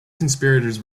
conspirators